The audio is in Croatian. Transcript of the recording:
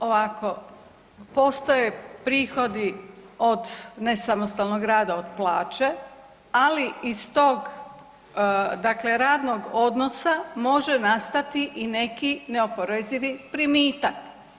Ovako, postoje prihodi od nesamostalnog rada od plaće ali iz tog dakle radnog odnosa može nastati i neki neoporezivi primitak.